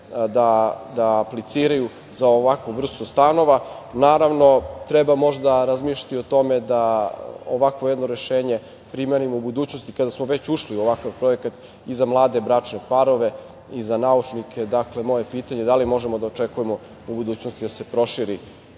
da apliciraju za ovakvu vrstu stanova. Naravno, treba možda razmišljati o tome da ovakvo jedno rešenje primenimo u budućnosti, kada smo već ušli u ovakav projekat, i za mlade bračne parove i za naučnike. Dakle, moje pitanje je da li možemo da očekujemo u budućnosti da se proširi